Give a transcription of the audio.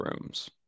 rooms